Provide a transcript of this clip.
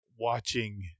watching